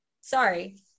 Sorry